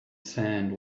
sand